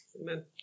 Amen